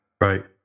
Right